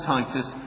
Titus